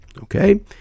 Okay